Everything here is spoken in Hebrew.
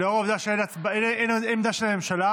לאור העובדה שאין עמדה של הממשלה,